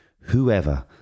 whoever